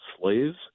slaves